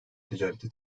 ticareti